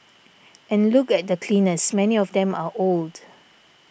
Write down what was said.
and look at the cleaners many of them are old